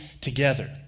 together